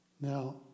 Now